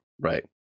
right